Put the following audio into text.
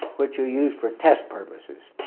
which you use for test purposes.